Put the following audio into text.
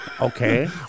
Okay